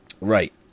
Right